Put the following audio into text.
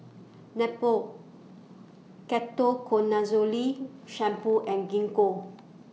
Nepro Ketoconazole Shampoo and Gingko